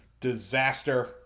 disaster